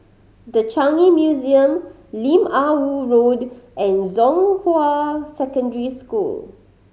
The Changi Museum Lim Ah Woo Road and Zhonghua Secondary School